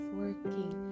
working